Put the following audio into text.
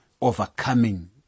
overcoming